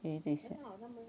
因为等一下